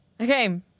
okay